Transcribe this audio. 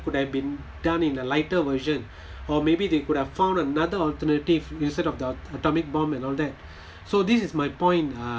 would have been done in a lighter version or maybe they could have found another alternative instead of the atomic bomb and all that so this is my point uh